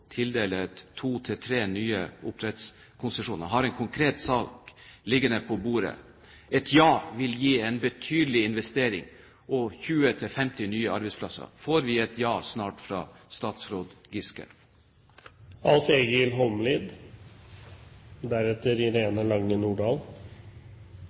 nye oppdrettskonsesjoner? Jeg har en konkret sak liggende på bordet. Et ja vil gi en betydelig investering og 20–50 nye arbeidsplasser. Får vi snart et ja fra statsråd